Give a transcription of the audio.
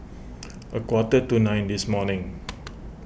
a quarter to nine this morning